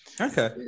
okay